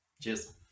Cheers